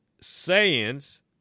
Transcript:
sayings